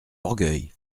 orgueil